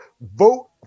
Vote